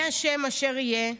יהיה השם אשר יהיה,